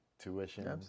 tuition